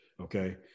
Okay